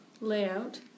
layout